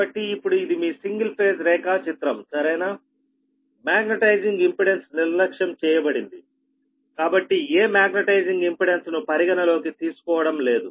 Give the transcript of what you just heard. కాబట్టి ఇప్పుడు ఇది మీ సింగిల్ ఫేజ్ రేఖాచిత్రం సరేనామాగ్నెటైజింగ్ ఇంపెడెన్స్ నిర్లక్ష్యం చేయబడిందికాబట్టి ఏ మాగ్నెటైజింగ్ ఇంపెడెన్స్ ను పరిగణలోకి తీసుకోవడం లేదు